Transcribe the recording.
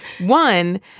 One